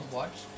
watch